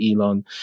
elon